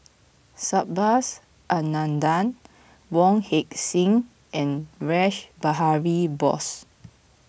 Subhas Anandan Wong Heck Sing and Rash Behari Bose